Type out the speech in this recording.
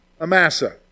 Amasa